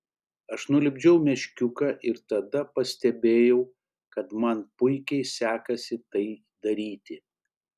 aš nulipdžiau meškiuką ir tada pastebėjau kad man puikiai sekasi tai daryti